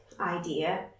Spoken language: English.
idea